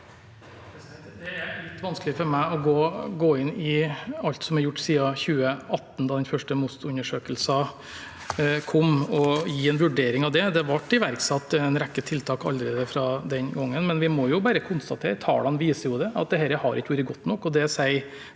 Det er litt vanskelig for meg å gå inn i alt som er gjort siden 2018, da den første MOST-undersøkelsen kom, og gi en vurdering av det. Det ble iverksatt en rekke tiltak allerede den gangen, men vi må bare konstatere, og tallene viser jo det, at dette har ikke vært godt nok.